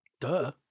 duh